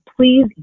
please